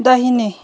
दाहिने